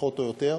פחות או יותר,